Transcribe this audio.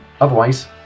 Otherwise